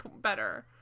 better